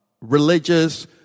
religious